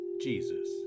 Jesus